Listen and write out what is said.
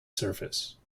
surface